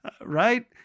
right